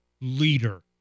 leader